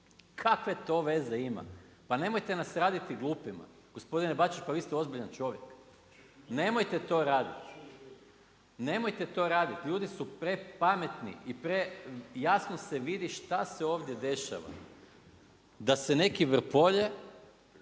Kakve to veze ima? Pa nemojte nas raditi glupima. Gospodine Bačić pa vi ste ozbiljan čovjek. Nemojte to raditi, nemojte to raditi. Ljudi su prepametni i prejasno se vidi šta se ovdje dešava, da se neki vrpolje